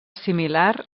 similar